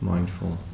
Mindful